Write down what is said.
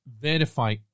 verify